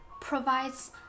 provides